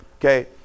Okay